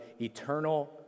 eternal